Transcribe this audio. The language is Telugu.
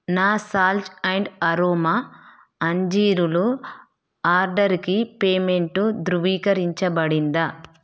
నా సాల్జ్ అండ్ అరోమా అంజీరులు ఆర్డర్కి పేమెంటు ధృవీకరించబడిందా